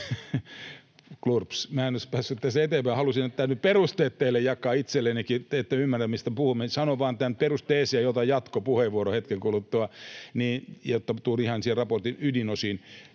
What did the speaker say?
Halusin nyt perusteet teille jakaa ja itsellenikin, että te ymmärrätte, mistä puhumme. Sanon vain tämän perusteesin ja otan jatkopuheenvuoron hetken kuluttua, jotta tulen ihan raportin ydinosiin.